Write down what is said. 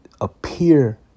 appear